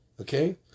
Okay